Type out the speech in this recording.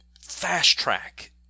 fast-track